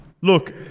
Look